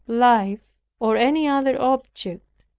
life, or any other object,